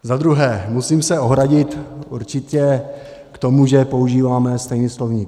Za druhé, musím se ohradit určitě k tomu, že používáme stejný slovník.